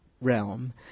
realm